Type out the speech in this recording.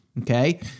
Okay